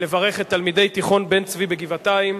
לברך את תלמידי תיכון "בן-צבי" בגבעתיים,